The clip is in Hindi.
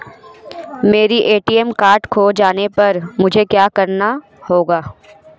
मेरा ए.टी.एम कार्ड खो जाने पर मुझे क्या करना होगा?